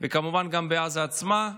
וכמובן גם בעזה עצמה,